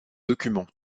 documents